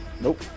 Nope